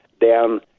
down